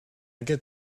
get